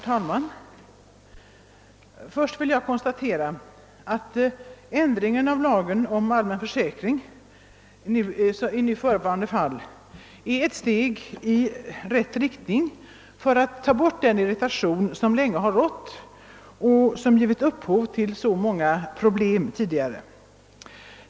Herr talman! Först vill jag konstatera att ändringen i lagen om allmän försäkring i förevarande fall är ett steg 1 rätt riktning för att ta bort den irritation som länge har rått och som givit upphov till så många problem tidigare.